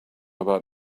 about